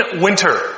Winter